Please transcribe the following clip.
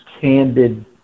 Candid